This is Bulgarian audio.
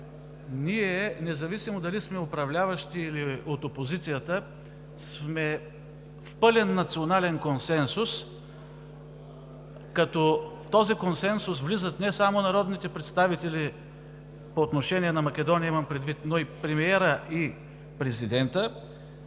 ние, независимо дали сме управляващи, или от опозицията, сме в пълен национален консенсус. В този консенсус влизат не само народните представители, по отношение на Македония имам предвид, но и премиерът и президентът.